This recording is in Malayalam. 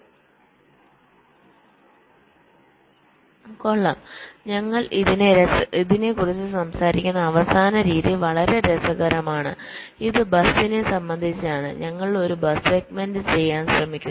കൊള്ളാം ഞങ്ങൾ ഇതിനെക്കുറിച്ച് സംസാരിക്കുന്ന അവസാന രീതി വളരെ രസകരമാണ് ഇത് ബസിനെ സംബന്ധിച്ചാണ് ഞങ്ങൾ ഒരു ബസ് സെഗ്മെന്റ് ചെയ്യാൻ ശ്രമിക്കുന്നു